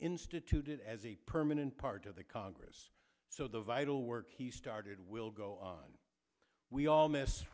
instituted as a permanent part of the congress so the vital work he started will go on we all miss